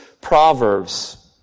Proverbs